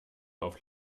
auf